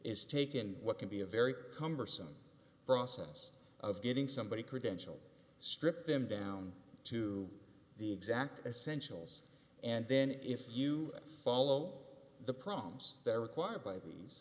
is taken what can be a very cumbersome process of getting somebody credential stripped them down to the exact essential oils and then if you follow the problems that are required by these